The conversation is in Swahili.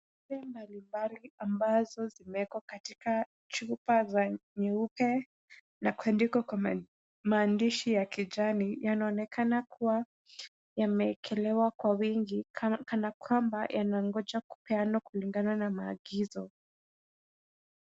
Vyombo mbalimbali ambazo zimewekwa katika chupa za nyeupe na kuandikwa kwa maandishi ya kijani yanaonekana kuwa yamekelewa kwa wingi kana kwamba yanangoja kupeana kulingana na maagizo.